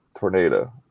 Tornado